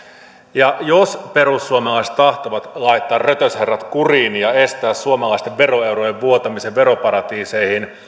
ja jos perussuomalaiset tahtovat laittaa rötösherrat kuriin ja estää suomalaisten veroeurojen vuotamisen veroparatiiseihin